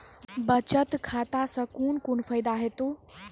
बचत खाता सऽ कून कून फायदा हेतु?